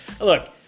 Look